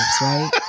right